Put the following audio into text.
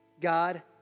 God